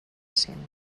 cent